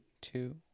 two